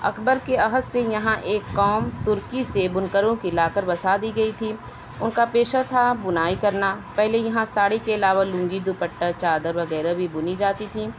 اکبر کے عہد سے یہاں ایک قوم ترکی سے بنکروں کی لا کر بسا دی گئی تھی ان کا پیشہ تھا بُنائی کرنا پہلے یہاں ساڑی کے علاوہ لنگی دوپٹہ چادر وغیرہ بھی بنی جاتی تھیں